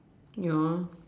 yeah